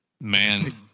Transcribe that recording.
Man